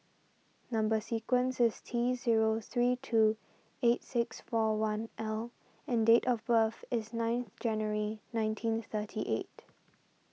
Number Sequence is T zero three two eight six four one L and date of birth is ninth January nineteen thirty eight